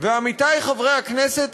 ועמיתי חברי הכנסת,